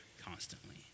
constantly